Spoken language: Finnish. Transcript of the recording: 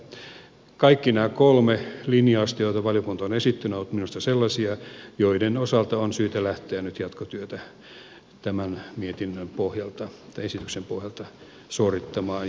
kaikki nämä kolme linjausta joita valiokunta on esittänyt ovat minusta sellaisia joiden osalta on syytä lähteä nyt jatkotyötä tämän esityksen pohjalta suorittamaan